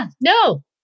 No